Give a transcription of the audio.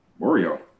Oreo